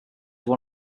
one